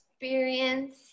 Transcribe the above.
experience